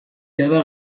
jada